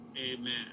Amen